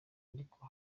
ariko